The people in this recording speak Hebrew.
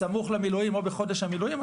סמוך למילואים או בחודש המילואים,